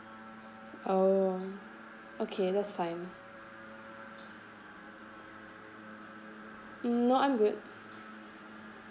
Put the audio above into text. oh okay that's fine no I'm good